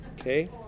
Okay